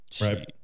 right